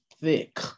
thick